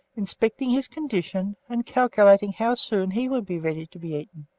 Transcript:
inspecting his condition, and calculating how soon he would be ready to be eaten.